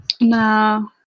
No